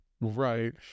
Right